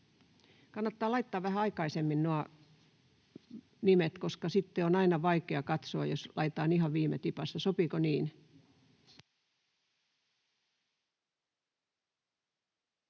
Kannattaa laittaa vähän aikaisemmin nuo nimet, koska sitten on aina vaikea katsoa, jos laitetaan ihan viime tipassa. Sopiiko niin?